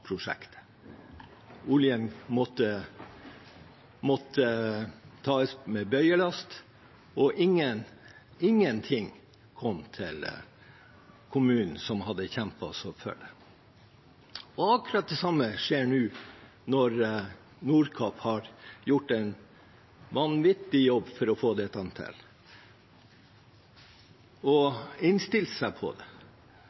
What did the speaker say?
prosjektet. Oljen måtte tas med bøyelast, og ingenting kom til kommunen som hadde kjempet så hardt for det. Akkurat det samme skjer nå, etter at Nordkapp har gjort en vanvittig jobb for å få dette til og